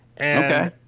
Okay